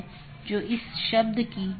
इसलिए उनके बीच सही तालमेल होना चाहिए